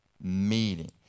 meeting